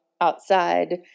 outside